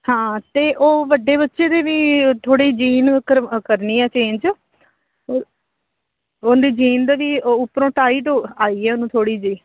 ਹਾਂ ਅਤੇ ਉਹ ਵੱਡੇ ਬੱਚੇ ਦੇ ਵੀ ਥੋੜ੍ਹੀ ਜੀਨ ਕਰਵਾ ਕਰਨੀ ਆ ਚੇਂਜ ਉਹ ਉਹਦੀ ਜੀਨ ਦੇ ਵੀ ਉਪਰੋਂ ਟਾਈਟ ਉਹ ਆਈ ਆ ਉਹਨੂੰ ਥੋੜ੍ਹੀ ਜਿਹੀ